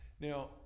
Now